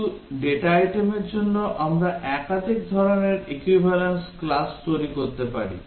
কিছু ডেটা আইটেমের জন্য আমরা একাধিক ধরণের equivalence class তৈরি করতে পারি